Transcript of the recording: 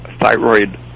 thyroid